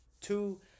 two